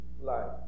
life